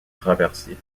traversier